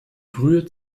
brühe